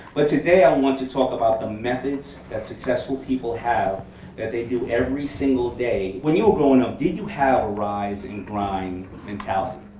but today, i want to talk about the methods that successful people have that they do every single day. when you were growing up, did you have a rise and grind mentality?